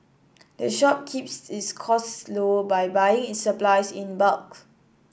the shop keeps its costs low by buying its supplies in bulk